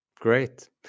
Great